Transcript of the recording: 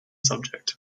subject